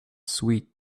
sweet